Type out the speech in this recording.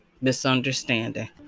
misunderstanding